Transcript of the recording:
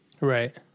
Right